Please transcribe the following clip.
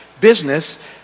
business